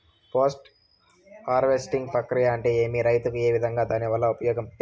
Post harvesting ప్రక్రియ అంటే ఏమి? రైతుకు ఏ విధంగా దాని వల్ల ఉపయోగం?